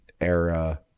era